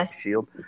Shield